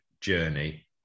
journey